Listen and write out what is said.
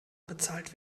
bezahlt